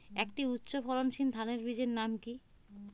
একটি উচ্চ ফলনশীল ধানের বীজের নাম কী?